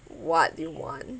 what do you want